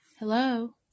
Hello